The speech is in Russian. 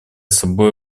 собой